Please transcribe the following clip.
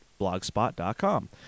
blogspot.com